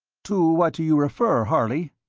to what do you refer, harley?